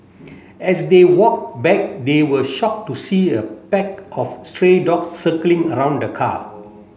as they walked back they were shocked to see a pack of stray dogs circling around the car